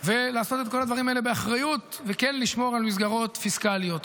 ולעשות את כל הדברים האלה באחריות וכן לשמור על מסגרות פיסקליות.